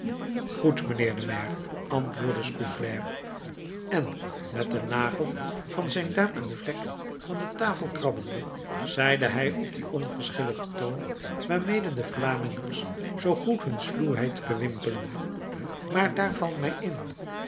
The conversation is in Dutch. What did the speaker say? goed mijnheer de maire antwoordde scaufflaire en met den nagel van zijn duim een vlek van de tafel krabbende zeide hij op dien onverschilligen toon waarmede de vlamingers zoo goed hun sluwheid bewimpelen maar daar valt mij in